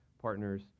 partners